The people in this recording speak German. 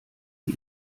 sie